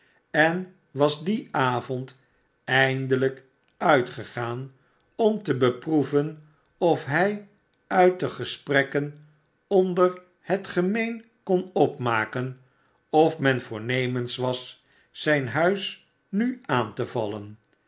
en was dien avond eindelijk uitgegaan om te beproeven of hij uit de gesprekken onder het gemeen kon opmaken of men voornemens was zijn huis nu aan te vallen